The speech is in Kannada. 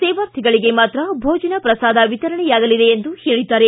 ಸೇವಾರ್ಥಿಗಳಿಗೆ ಮಾತ್ರ ಭೋಜನ ಪ್ರಸಾದ ವಿತರಣೆಯಾಗಲಿದೆ ಎಂದು ಹೇಳಿದ್ದಾರೆ